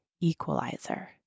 equalizer